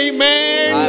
Amen